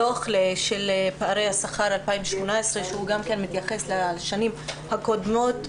הדו"ח של פערי השכר ל-2018 שמתייחס גם לשנים הקודמות,